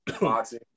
boxing